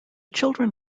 children